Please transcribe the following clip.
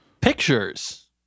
Pictures